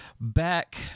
back